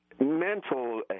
Mental